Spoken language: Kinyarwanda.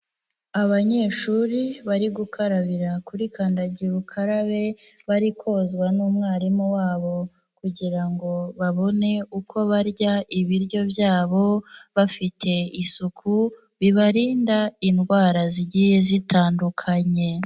Abanyeshuri bari gukarabira kuri kandagira ukarabe, bari kozwa n'umwarimu wabo kugira ngo babone uko barya ibiryo byabo, bafite isuku, bibarinda indwara zigiye zitandukanye.